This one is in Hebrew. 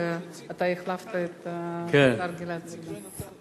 אתה החלפת את השר גלעד ארדן.